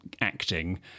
acting